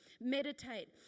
meditate